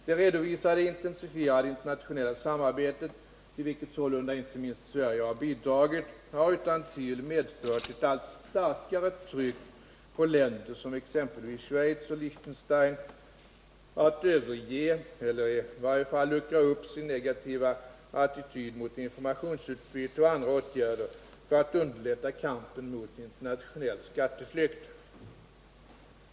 Det redovisade intensifierade internationella samarbetet, till vilket sålunda inte minst Sverige bidragit, har utan tvivel medfört ett allt starkare tryck på länder som exempelvis Schweiz och Liechtenstein att överge eller i varje fall luckra upp sin negativa attityd mot informationsutbyte och andra åtgärder för att underlätta kampen mot internationell skatteflykt.